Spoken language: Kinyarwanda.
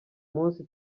munsi